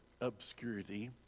obscurity